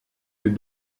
les